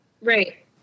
right